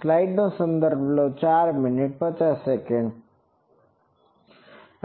સ્લાઇડનો સંદર્ભ લો 0450